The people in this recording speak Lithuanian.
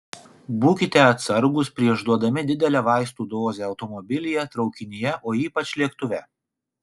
būkite atsargūs prieš duodami didelę vaistų dozę automobilyje traukinyje o ypač lėktuve